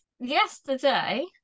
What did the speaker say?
Yesterday